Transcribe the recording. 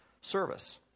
service